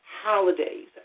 holidays